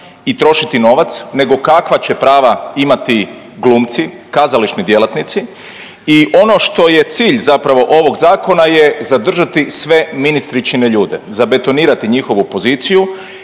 i trošiti novac nego kakva će prava imati glumci, kazališni djelatnici. I ono što je cilj zapravo ovog zakona je zadržati sve ministričine ljude, zabetonirati njihovu poziciju